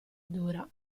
dura